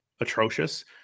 atrocious